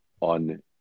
on